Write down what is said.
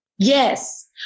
Yes